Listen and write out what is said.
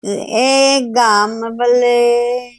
אה גם אבל אה